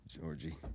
Georgie